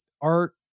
art